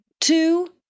two